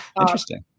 Interesting